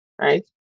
right